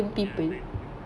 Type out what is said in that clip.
you a tiny people